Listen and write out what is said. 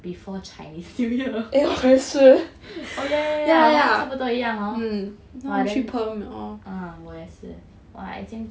before chinese new year oh yeah yeah yeah 我们差不多一样 hor !wah! then uh 我也是 !wah! 已经